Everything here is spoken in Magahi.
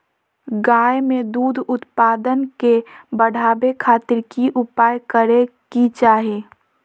गाय में दूध उत्पादन के बढ़ावे खातिर की उपाय करें कि चाही?